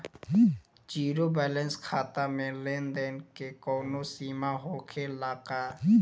Zero balance खाता में लेन देन के कवनो सीमा होखे ला का?